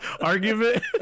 Argument